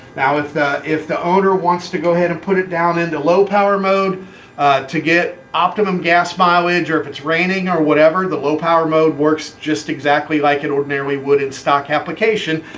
now, if the if the owner wants to go ahead and put it down into low power, mode to get optimum gas mileage, or if it's raining, or whatever. the low power mode works just exactly like it ordinarily would in stock applications,